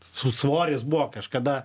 su svoriais buvo kažkada